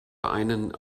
einen